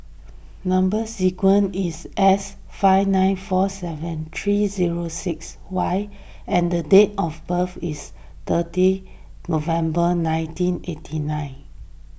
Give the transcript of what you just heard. Number Sequence is S five nine four seven three zero six Y and the date of birth is thirty November nineteen eighty nine